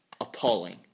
appalling